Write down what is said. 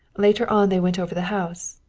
later on they went over the house.